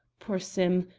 poor sim,